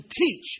teach